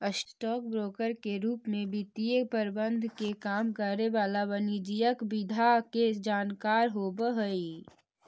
stock broker के रूप में वित्तीय प्रबंधन के काम करे वाला वाणिज्यिक विधा के जानकार होवऽ हइ